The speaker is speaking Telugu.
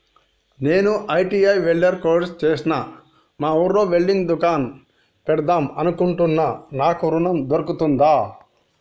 నేను ఐ.టి.ఐ వెల్డర్ కోర్సు చేశ్న మా ఊర్లో వెల్డింగ్ దుకాన్ పెడదాం అనుకుంటున్నా నాకు ఋణం దొర్కుతదా?